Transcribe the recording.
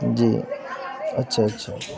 جی اچھا اچھا